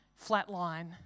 flatline